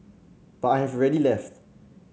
but I have rarely left